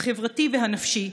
החברתי והנפשי,